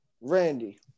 Randy